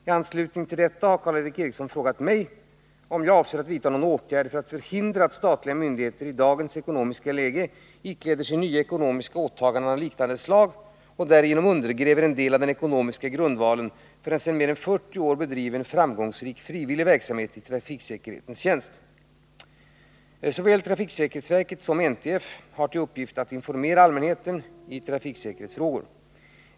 I anslutning härtill har Karl Erik Eriksson frågat mig om jag avser att vidta någon åtgärd för att förhindra att statliga myndigheter i dagens ekonomiska läge ikläder sig nya ekonomiska åtaganden av liknande slag och därigenom undergräver en del av den ekonomiska grundvalen för en sedan mer än 40 år bedriven framgångsrik frivillig verksamhet i trafiksäkerhetens tjänst. Såväl trafiksäkerhetsverket som NTF har till uppgift att informera allmänheten i trafiksäkerhetsfrågor.